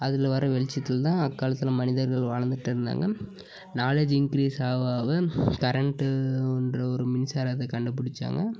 அதில் வர வெளிச்சத்தில் தான் அக்காலத்தில் மனிதர்கள் வாழ்ந்துட்டிருந்தாங்க நாலெட்ஜ் இன்க்ரீஸ் ஆக ஆக கரண்ட்டுன்ற ஒரு மின்சாரத்தை கண்டுபிடிச்சாங்க